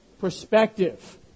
perspective